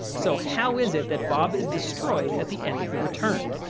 so, how is it that bob is destroyed at the end of the return.